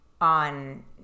on